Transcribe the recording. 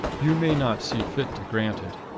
you may not see fit to grant it.